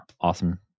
awesome